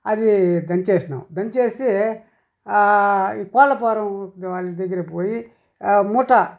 అది దంచేసినాం దంచేసి కోళ్ల పారం వాళ్ళ దగ్గర పోయి మూట